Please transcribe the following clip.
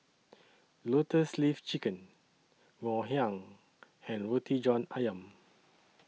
Lotus Leaf Chicken Ngoh Hiang and Roti John Ayam